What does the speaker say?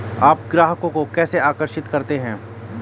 आप ग्राहकों को कैसे आकर्षित करते हैं?